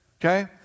okay